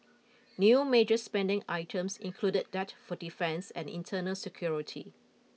new major spending items included that for defence and internal security